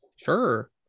Sure